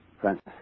Francis